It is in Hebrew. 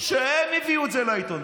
הם הביאו את זה לעיתון.